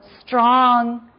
strong